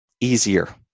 easier